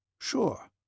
Sure